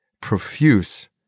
Profuse